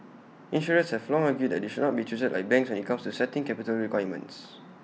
insurers have long argued they should not be treated like banks when IT comes to setting capital requirements